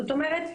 זאת אומרת,